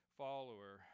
follower